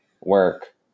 work